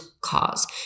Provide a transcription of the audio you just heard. cause